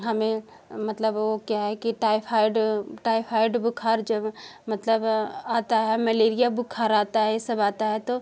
हमें मतलब वो क्या है कि टायफाइड टायफाइड बुखार जब मतलब आता है मलेरिया बुखार आता है सब आता है तो